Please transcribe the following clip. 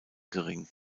gering